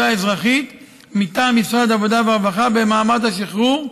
אזרחית מטעם משרד העבודה והרווחה במעמד השחרור,